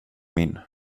min